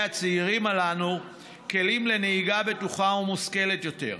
הצעירים הללו כלים לנהיגה בטוחה ומושכלת יותר.